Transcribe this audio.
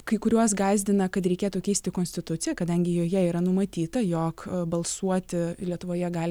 kai kuriuos gąsdina kad reikėtų keisti konstituciją kadangi joje yra numatyta jog balsuoti lietuvoje gali